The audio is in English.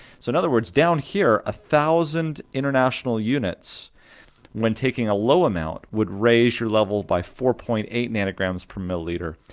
so in other words down here, a thousand international units when taking a low amount would raise your level by four point eight nanograms per milliliter,